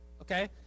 okay